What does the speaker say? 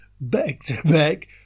back-to-back